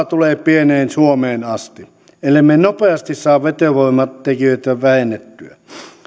tulee pieneen suomeen asti ellemme nopeasti saa vetovoimatekijöitä vähennettyä